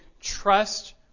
trust